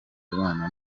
kubana